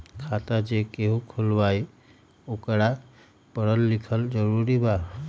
खाता जे केहु खुलवाई ओकरा परल लिखल जरूरी वा?